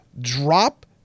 drop